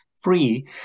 free